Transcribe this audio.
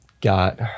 Got